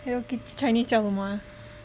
Hello Kitty chinese 叫什么 ah